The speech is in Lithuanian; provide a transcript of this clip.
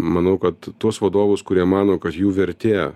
manau kad tuos vadovus kurie mano kad jų vertė